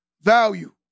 value